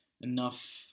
enough